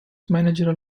managerial